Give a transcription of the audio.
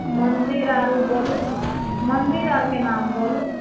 मन्दिर आरो बोलू मन्दिर आरके नाम बोलू